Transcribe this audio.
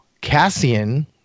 Cassian